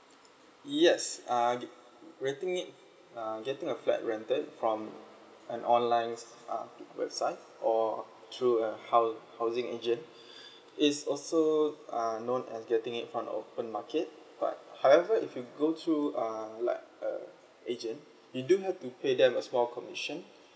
yes uh get~ renting it uh getting a flat rented from an online's uh web~ website or through a hou~ housing agent it's also uh known as getting it from an open market but however if you go through uh like err agent you do have to pay them a small commission